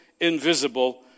invisible